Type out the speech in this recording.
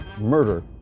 murder